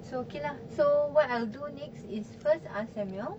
so okay lah so what I'll do next is first ask samuel